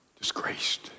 disgraced